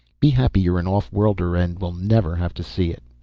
be happy you're an off-worlder and will never have to see it.